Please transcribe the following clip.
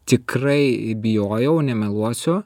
tikrai bijojau nemeluosiu